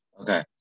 okay